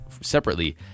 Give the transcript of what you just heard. separately